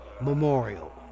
Memorial